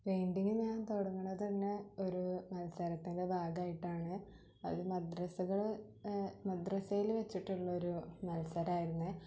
painting ഞാൻ തുടങ്ങണത് തന്നെ ഒരു മത്സരത്തിൻ്റെ ഭാഗമായിട്ടാണ് അത് മദ്രസകൾ മദ്രസേല് വെച്ചിട്ടുള്ളൊരു മത്സരമായിരുന്ന്